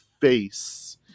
face